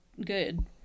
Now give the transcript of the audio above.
good